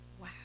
Wow